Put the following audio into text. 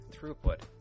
throughput